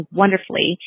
wonderfully